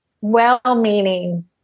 Well-meaning